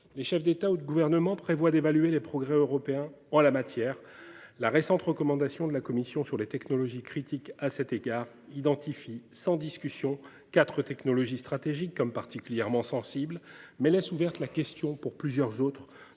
les chefs d’État ou de gouvernement prévoient d’évaluer les progrès européens en la matière. La récente recommandation de la Commission européenne sur les technologies critiques identifie, à cet égard, sans discussion, quatre technologies stratégiques comme particulièrement sensibles, mais laisse ouverte la question pour plusieurs autres,